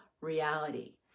reality